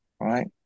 right